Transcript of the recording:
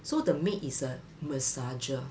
so the maid is a massager